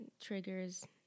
triggers